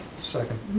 second.